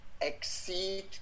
exceed